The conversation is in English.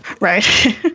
Right